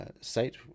site